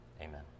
Amen